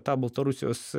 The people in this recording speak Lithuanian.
tą baltarusijos